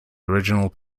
original